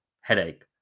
headache